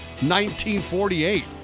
1948